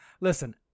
listen